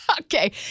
Okay